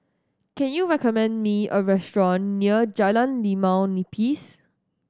can you recommend me a restaurant near Jalan Limau Nipis